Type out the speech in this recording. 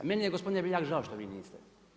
Meni je gospodine Beljak žao što vi niste.